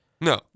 No